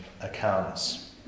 accounts